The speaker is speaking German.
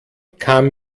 kam